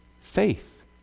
faith